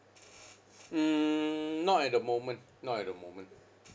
mm not at the moment not at the moment